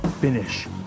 finish